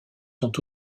sont